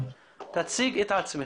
תציג את עצמך.